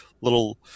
little